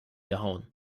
gehauen